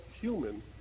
human